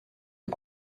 les